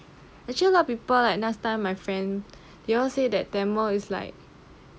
actually a lot of people like last time my friend they all say that tamil is like